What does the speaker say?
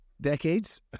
Decades